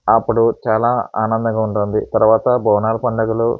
ఆప్పుడు చాలా ఆనందంగా ఉంటుంది తర్వాత బోనాల పండుగలు